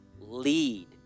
lead